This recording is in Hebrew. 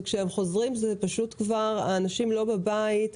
וכשהם חוזרים האנשים לא בבית,